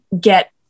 get